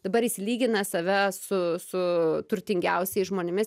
dabar jis lygina save su su turtingiausiais žmonėmis